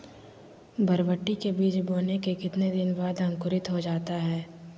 बरबटी के बीज बोने के कितने दिन बाद अंकुरित हो जाता है?